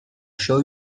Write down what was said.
show